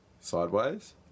Sideways